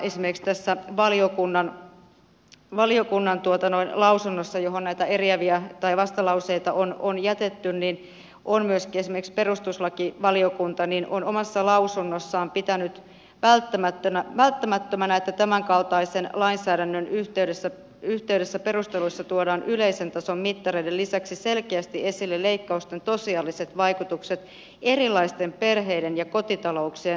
esimerkiksi tässä valiokunnan lausunnossa johon näitä vastalauseita on jätetty on myöskin esimerkiksi perustuslakivaliokunta omassa lausunnossaan pitänyt välttämättömänä että tämänkaltaisen lainsäädännön yhteydessä perusteluissa tuodaan yleisen tason mittareiden lisäksi selkeästi esille leikkausten tosiasialliset vaikutukset erilaisten perheiden ja kotitalouksien asemaan